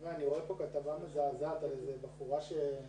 כנראה שיש